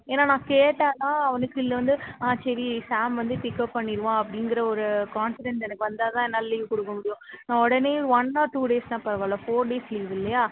ஏன்னா நான் கேட்டால் தான் அவனுக்கு இல்லை வந்து ஆ சரி ஷாம் வந்து பிக்கப் பண்ணிருவான் அப்படிங்கற ஒரு கான்ஃபிடன்ட் எனக்கு வந்தால் தான் என்னால் லீவ் கொடுக்க முடியும் நான் உடனே ஒன் ஆர் டூ டேஸ்ன்னா பரவால்ல ஃபோர் டேஸ் லீவ் இல்லையா